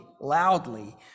loudly